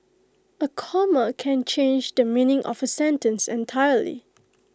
A comma can change the meaning of A sentence entirely